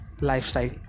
lifestyle